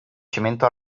cemento